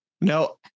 No